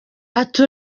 ati